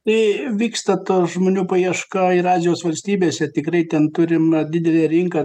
tai vyksta ta žmonių paieška ir azijos valstybėse tikrai ten turima didelė rinka